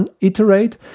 iterate